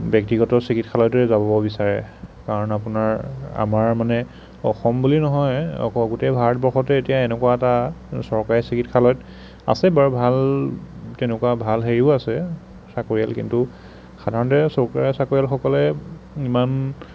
ব্যক্তিগত চিকিৎসালয়তেই যাব বিচাৰে কাৰণ আপোনাৰ আমাৰ মানে অসম বুলি নহয় আকৌ গোটেই ভাৰতবৰ্ষতে এতিয়া এনেকুৱা এটা চৰকাৰী চিকিৎসালয়ত আছে বাৰু ভাল তেনেকুৱা ভাল হেৰিও আছে চাকৰিয়াল কিন্তু সাধাৰণতে চৰকাৰী চাকৰিয়ালসকলে ইমান